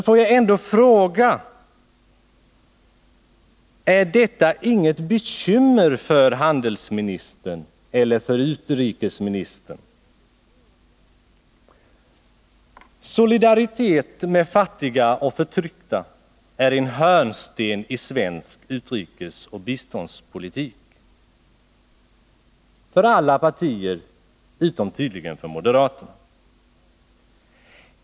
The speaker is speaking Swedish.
Får jag ändock fråga: Är detta inget bekymmer för handelsministern eller för utrikesministern? Solidaritet med fattiga och förtryckta är en hörnsten i svensk utrikesoch biståndspolitik för alla partier utom tydligen för moderaterna.